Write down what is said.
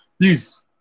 please